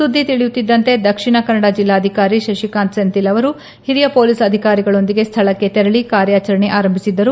ಸುದ್ದಿ ತಿಳಿಯುತ್ತಿದ್ದಂತೆ ದಕ್ಷಿಣ ಕನ್ನಡ ಜಿಲ್ಲಾಧಿಕಾರಿ ಶಶಿಕಾಂತ್ ಸೆಂಥಿಲ್ ಅವರು ಹಿರಿಯ ಪೊಲೀಸ್ ಅಧಿಕಾರಿಗಳೊಂದಿಗೆ ಸ್ನಳಕ್ಕೆ ತೆರಳಿ ಕಾರ್ಯಾಚರಣೆ ಆರಂಭಿಸಿದ್ದರು